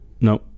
no